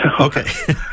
Okay